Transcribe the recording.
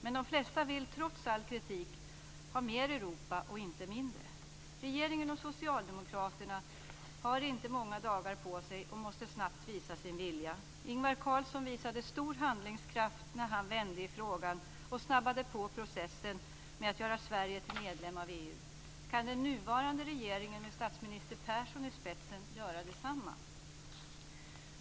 Men de flesta vill trots all kritik ha mer Europa och inte mindre. Regeringen och socialdemokraterna har inte många dagar på sig och måste snabbt visa sin vilja. Ingvar Carlsson visade stor handlingskraft när han vände i frågan och snabbade på processen med att göra Sverige till medlem av EU. Kan den nuvarande regeringen med statsminister Persson i spetsen göra detsamma?